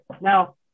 Now